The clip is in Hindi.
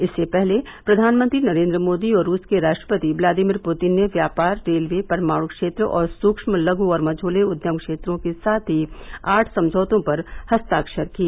इससे पहले प्रधानमंत्री नरेन्द्र मोदी और रूस के राष्ट्रपति व्लादिमीर पुतिन ने व्यापार रेलवे परमाणु क्षेत्र और सूक्ष्म लघु और मझौले उद्यम क्षेत्रों के सहित आठ समझौतों पर हस्ताक्षर किए